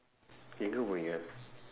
எங்கே போவீங்க:engkee pooviingka